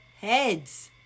heads